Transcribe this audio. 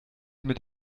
mit